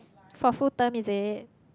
for full term is it